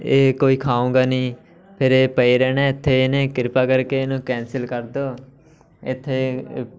ਇਹ ਕੋਈ ਖਾਊਂਗਾ ਨਹੀਂ ਫਿਰ ਇਹ ਪਏ ਰਹਿਣਾ ਇੱਥੇ ਇਹਨੇ ਕਿਰਪਾ ਕਰਕੇ ਇਹਨੂੰ ਕੈਂਸਲ ਕਰ ਦਿਉ ਇੱਥੇ